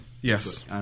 Yes